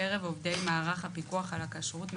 מקרב עובדי מערך הפיקוח על הכשרות,